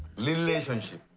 relationship.